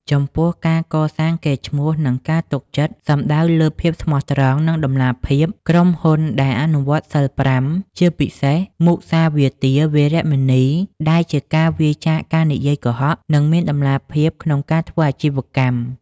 ចំពោះ ការកសាងកេរ្តិ៍ឈ្មោះ និងការទុកចិត្ត សំដៅលើ ភាពស្មោះត្រង់ និងតម្លាភាព: ក្រុមហ៊ុនដែលអនុវត្តសីល៥ ជាពិសេស មុសាវាទា វេរមណី ដែលជាការវៀរចាកការនិយាយកុហក នឹងមានតម្លាភាពក្នុងការធ្វើអាជីវកម្ម។